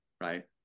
right